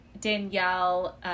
Danielle